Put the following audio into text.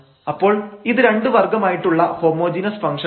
അപ്പോൾ ഇത് 2 വർഗ്ഗമായിട്ടുള്ള ഹോമോജീനസ് ഫംഗ്ഷൻ ആണ്